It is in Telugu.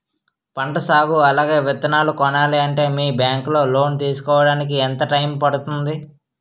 పంట సాగు అలాగే విత్తనాలు కొనాలి అంటే మీ బ్యాంక్ లో లోన్ తీసుకోడానికి ఎంత టైం పడుతుంది?